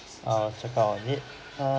I will check out on it err